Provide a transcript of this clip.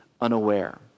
unaware